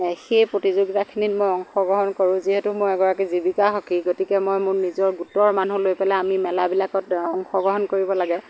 সেই প্ৰতিযোগিতাখিনিত মই অংশগ্ৰহণ কৰোঁ যিহেতু মই এগৰাকী জীৱিকা সখী গতিকে মই মোৰ নিজৰ গোটৰ মানুহ লৈ পেলাই আমি মেলাবিলাকত অংশগ্ৰহণ কৰিব লাগে